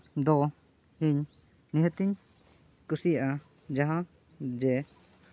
ᱫᱚ ᱤᱧ ᱱᱤᱦᱟᱹᱛᱤᱧ ᱠᱩᱥᱤᱭᱟᱜᱼᱟ ᱡᱟᱦᱟᱸ ᱡᱮ